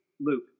luke